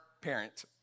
parent